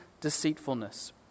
deceitfulness